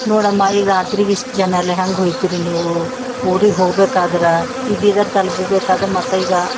ನೋಡಮ್ಮ ಈ ರಾತ್ರಿಗೆ ಇಷ್ಟು ಜನಯೆಲ್ಲ ಹೆಂಗೆ ಹೋಯ್ತಿರಿ ನೀವು ಊರಿಗೆ ಹೋಗಬೇಕಾದ್ರ ಈಗ ಬೀದರ್ ತಲ್ಪಬೇಕಾರೆ ಮತ್ತು ಈಗ